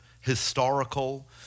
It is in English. historical